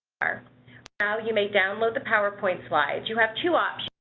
ah ah you may download the powerpoint slides. you have two options.